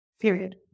period